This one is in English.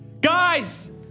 Guys